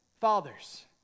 fathers